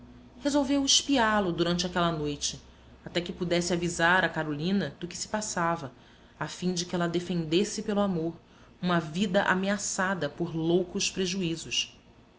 resolveu espiá lo durante aquela noite até que pudesse avisar a carolina do que se passava a fim de que ela defendesse pelo amor uma vida ameaçada por loucos prejuízos